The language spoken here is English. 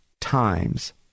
times